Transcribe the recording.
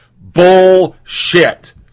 bullshit